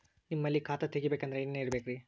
ನಿಮ್ಮಲ್ಲಿ ಖಾತಾ ತೆಗಿಬೇಕಂದ್ರ ಏನೇನ ತರಬೇಕ್ರಿ?